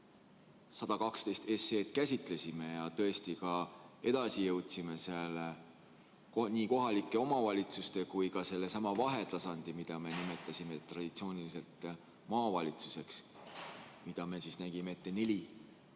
112 SE‑d käsitlesime ja tõesti ka edasi jõudsime selle nii kohalike omavalitsuste kui ka sellesama vahetasandi, mida me nimetasime traditsiooniliselt maavalitsuseks ja mida me nägime ette neli,